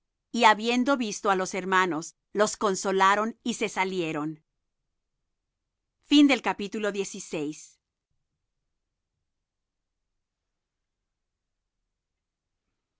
y habiendo visto á los hermanos los consolaron y se salieron y